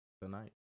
tonight